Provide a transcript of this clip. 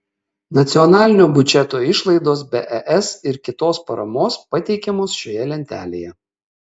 nacionalinio biudžeto išlaidos be es ir kitos paramos pateikiamos šioje lentelėje